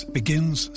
begins